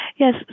Yes